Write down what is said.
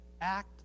act